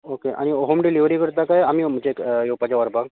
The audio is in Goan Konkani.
ओके आनी होम डिलीवरी करता कांय आमी अमके येवपाचें व्हरपाक